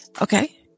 okay